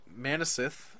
Manasith